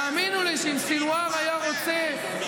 תאמינו לי שאם סנוואר היה רוצה, אז תתפטר.